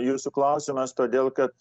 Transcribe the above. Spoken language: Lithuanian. jūsų klausimas todėl kad